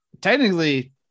Technically